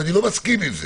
ואני לא מסכים עם זה.